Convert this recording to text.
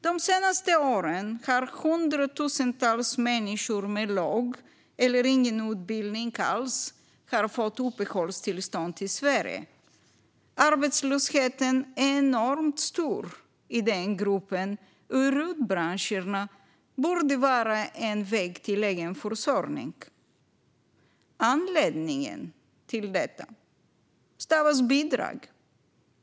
De senaste åren har hundratusentals människor med låg eller ingen utbildning alls fått uppehållstillstånd i Sverige. Arbetslösheten är enormt stor i denna grupp, och RUT-branscherna borde vara en väg till egen försörjning. Anledningen till detta stavas bidrag.